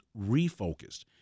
refocused